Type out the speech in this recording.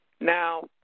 Now